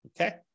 Okay